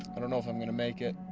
i don't know if i'm going to make it.